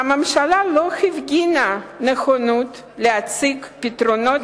הממשלה לא הפגינה נכונות להציג פתרונות